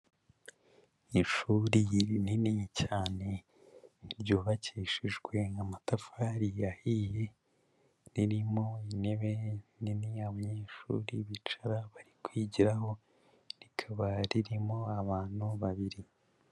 Ishuri rinini cyane ryubakishijwe amatafari yahiye, ririmo intebe nini abanyeshuri bicara bari kwigiraho, rikaba ririmo abantu babiri.